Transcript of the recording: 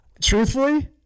Truthfully